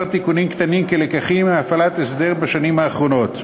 תיקונים קטנים כלקחים מהפעלת הסדר בשנים האחרונות.